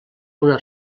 una